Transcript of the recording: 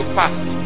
fast